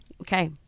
Okay